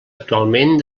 actualment